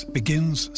begins